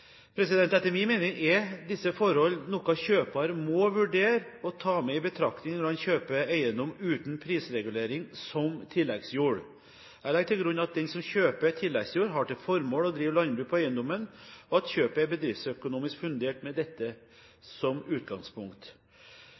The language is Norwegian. Etter min mening er disse forhold noe kjøper må vurdere og ta med i betraktningen når han kjøper eiendom uten prisregulering som tilleggsjord. Jeg legger til grunn at den som kjøper tilleggsjord, har til formål å drive landbruk på eiendommen, og at kjøpet er bedriftsøkonomisk fundert med dette som utgangspunkt.